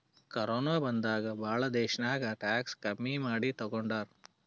corona ಬಂದಾಗ್ ಭಾಳ ದೇಶ್ನಾಗ್ ಟ್ಯಾಕ್ಸ್ ಕಮ್ಮಿ ಮಾಡಿ ತಗೊಂಡಾರ್